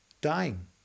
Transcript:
Dying